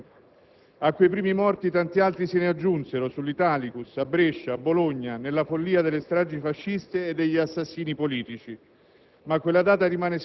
e di trame feroci. A quei primi morti, tanti altri se ne aggiunsero per gli attentati al treno "Italicus", a Brescia, a Bologna, nella follia delle stragi fasciste e degli assassinii politici.